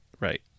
right